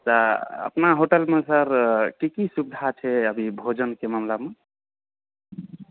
तऽ अपना होटलमे सर की की सुविधा छै अभी भोजनके मामलामे